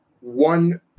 one